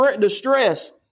distress